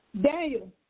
Daniel